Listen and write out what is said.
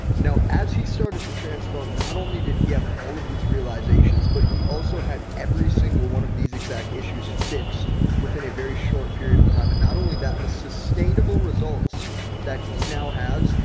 now as he started to transform, not only did he have all of these realizations, but he also had every single one of these exact issues fixed within a very short period of time. and not only that the sustainable results that he now has,